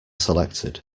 selected